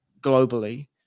globally